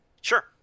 Sure